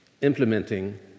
implementing